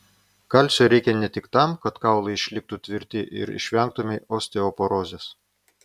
kalcio reikia ne tik tam kad kaulai išliktų tvirti ir išvengtumei osteoporozės